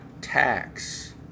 tax